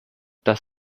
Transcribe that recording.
das